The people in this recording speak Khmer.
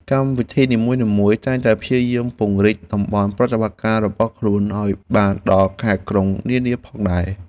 កម្មវិធីនីមួយៗតែងតែព្យាយាមពង្រីកតំបន់ប្រតិបត្តិការរបស់ខ្លួនឱ្យបានដល់ខេត្តក្រុងនានាផងដែរ។